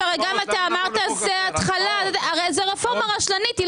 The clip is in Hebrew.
זאת רפורמה רשלנית.